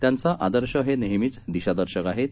त्यांचंआदर्शहेनेहमीचदिशादर्शकआहेत